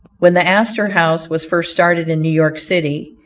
when the astor house was first started in new york city,